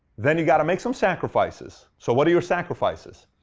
then you got to make some sacrifices. so what are your sacrifices?